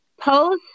post